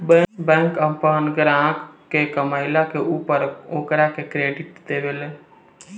bank आपन ग्राहक के कमईला के ऊपर ओकरा के क्रेडिट देवे ले